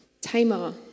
Tamar